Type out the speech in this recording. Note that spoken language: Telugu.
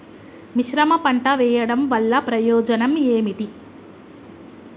మిశ్రమ పంట వెయ్యడం వల్ల ప్రయోజనం ఏమిటి?